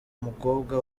umukobwa